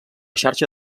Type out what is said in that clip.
xarxa